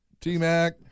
T-Mac